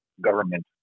government